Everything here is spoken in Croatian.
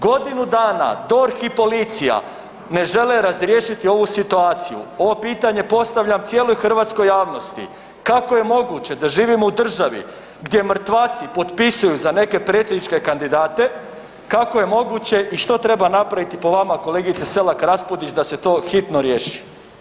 Godinu dana, DORH i policija ne žele razriješiti ovu situaciju, ovo pitanje postavljam cijeloj hrvatskoj javnosti, kako je moguće da živimo u državi gdje mrtvaci potpisuju za neke predsjedničke kandidate, kako je moguće i što treba napraviti po vama, kolegice Selak Raspudić da će se to hitno riješi?